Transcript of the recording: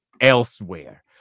elsewhere